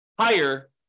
higher